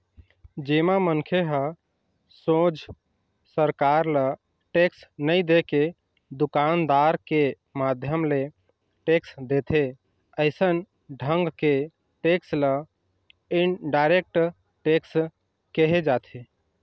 जेमा मनखे ह सोझ सरकार ल टेक्स नई देके दुकानदार के माध्यम ले टेक्स देथे अइसन ढंग के टेक्स ल इनडायरेक्ट टेक्स केहे जाथे